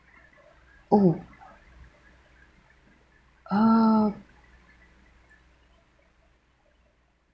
oh uh